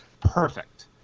perfect